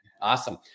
Awesome